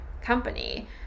company